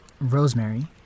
Rosemary